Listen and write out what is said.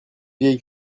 vieille